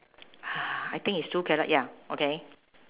uh I think it's two carrot ya okay